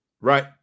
Right